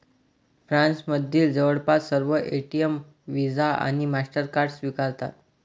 फ्रान्समधील जवळपास सर्व एटीएम व्हिसा आणि मास्टरकार्ड स्वीकारतात